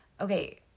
okay